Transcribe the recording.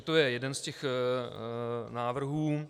To je jeden z těch návrhů.